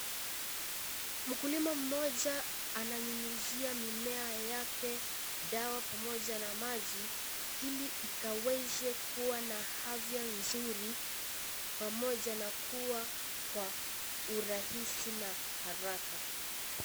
Mkulima mmoja ananyunyizia mimea yake dawa pamoja na maji, ili ikaweze kuwa na afya nzuri pamoja na kuwa kwa urahisi na kwa haraka.